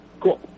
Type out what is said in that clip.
Cool